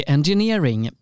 Engineering